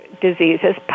diseases